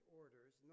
orders